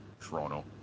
Toronto